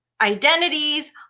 identities